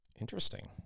Interesting